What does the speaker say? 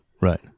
Right